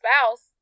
spouse